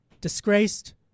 disgraced